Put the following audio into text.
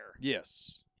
Yes